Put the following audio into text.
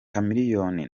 chameleone